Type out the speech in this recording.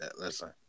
Listen